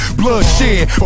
bloodshed